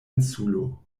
insulo